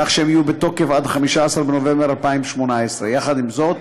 כך שהם יהיו בתוקף עד 15 בנובמבר 2018. יחד עם זאת,